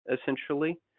essentially